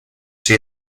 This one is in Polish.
czy